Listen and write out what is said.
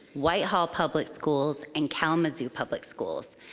white hall public schools, and kalamazoo public schools.